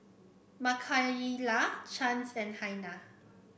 Makayla Chance and Hanna